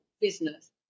business